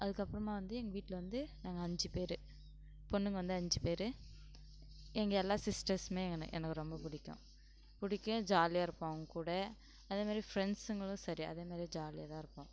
அதுக்கப்புறமா வந்து எங்கள் வீட்டில் வந்து நாங்கள் அஞ்சு பேர் பொண்ணுங்க வந்து அஞ்சு பேர் எங்கள் எல்லா சிஸ்டர்ஸுமே என்னை எனக்கு ரொம்ப பிடிக்கும் பிடிக்கும் ஜாலியாக இருப்போம் அவங்கூட அதே மாதிரி ஃப்ரெண்ட்ஸுங்களும் சரி அதே மாதிரி ஜாலியாக தான் இருப்போம்